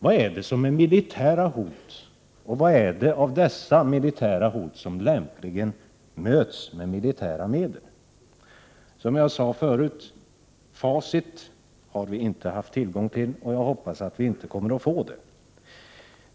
Vad är militära hot, och vilka av dessa militära hot skall lämpligen mötas med militära medel? Vi har inte haft tillgång till facit, och jag hoppas att vi inte kommer att få det.